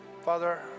Father